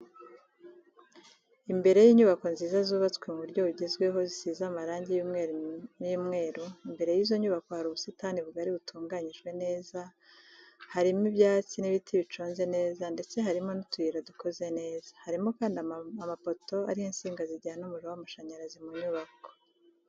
Imbere y'inyubako nziza zubatswe mu buryo bugezweho zisize amarangi y'umweru imbere y'izo nyubako hari ubusitani bugari butunganyijwe neza, harimo ibyatsi n'ibiti biconze neza ndetse harimo utuyira dukoze neza, harimo kandi amapoto ariho insinga zijyana umuriro w'amashanyarazi mu nyubako.